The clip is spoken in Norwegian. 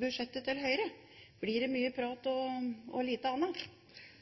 budsjettet til Høyre. Blir det mye prat og lite annet? Jeg kan berolige representanten Anne Tingelstad Wøien med at Høyre har en veldig god dialog med sine fylkespolitikere og